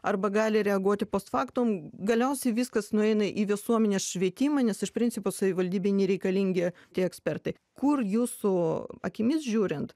arba gali reaguoti post factum galiausiai viskas nueina į visuomenės švietimą nes iš principo savivaldybei nereikalingi tie ekspertai kur jūsų akimis žiūrint